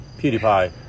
PewDiePie